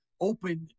open